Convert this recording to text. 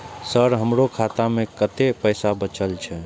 Sir हमरो खाता में कतेक पैसा बचल छे?